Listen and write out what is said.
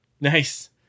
Nice